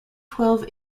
twelve